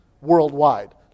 worldwide